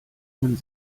man